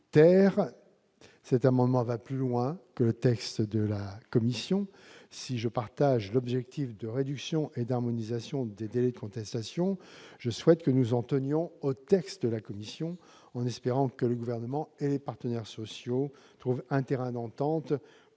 proposent d'aller plus loin que le texte de la commission. Si je partage l'objectif de réduction et d'harmonisation des délais de contestation, je souhaite que nous nous en tenions à la rédaction de la commission, en espérant que le Gouvernement et les partenaires sociaux trouvent un terrain d'entente pour réduire et